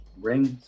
Rings